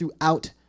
throughout